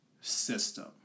system